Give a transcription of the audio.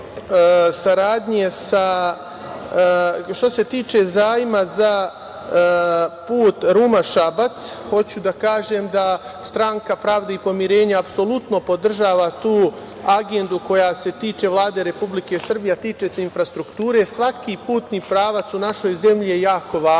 podržati. Što se tiče zajma za put Ruma-Šabac, hoću da kažem da Stranka pravde i pomirenja apsolutno podržava tu agendu koja se tiče Vlade Republike Srbije, a tiče se infrastrukture. Svaki putni pravac u našoj zemlji je jako važan. Ono